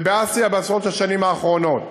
ובאסיה, בעשרות השנים האחרונות,